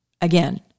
Again